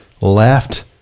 left